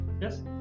Yes